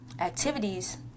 activities